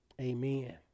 Amen